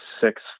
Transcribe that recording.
six